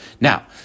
Now